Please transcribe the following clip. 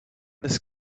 this